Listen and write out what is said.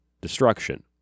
destruction